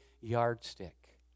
yardstick